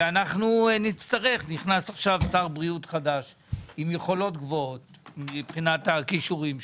נכנס עכשיו שר בריאות חדש עם יכולות גבוהות מבחינת הכישורים שלו,